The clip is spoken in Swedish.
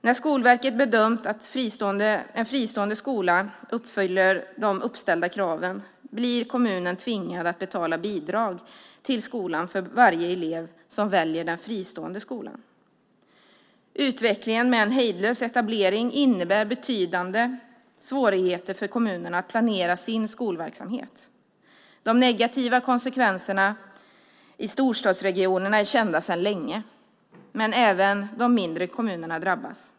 När Skolverket bedömt att en fristående skola uppfyller de uppställda kraven blir kommunen tvingad att betala bidrag till skolan för varje elev som väljer den fristående skolan. Utvecklingen med en hejdlös etablering innebär betydande svårigheter för kommunerna att planera sin skolverksamhet. De negativa konsekvenserna i storstadsregionerna är kända sedan länge, men även de mindre kommunerna drabbas.